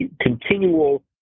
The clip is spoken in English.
continual